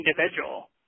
individual